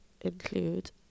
include